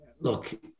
Look